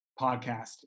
podcast